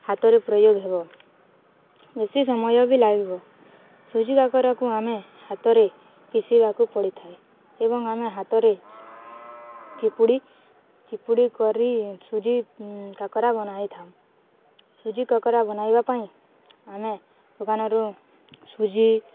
ହାତରେ ପ୍ରୟୋଗ ହେବ ବେଶୀ ସମୟ ବି ଲାଗିବ ସୁଜି କାକରାକୁ ଆମେ ହାତରେ ପିଶିବାକୁ ପଡ଼ିଥାଏ ଏବଂ ଆମେ ହାତରେ ଚିପୁଡ଼ି ଚିପୁଡ଼ି କରି ସୁଜି କାକରା ବନାଇଥାଉ ସୁଜି କାକରା ବନାଇବା ପାଇଁ ଆମେ ଦୋକାନରୁ ସୁଜି